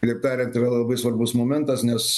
kitaip tariant yra labai svarbus momentas nes